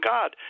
God